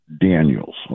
Daniels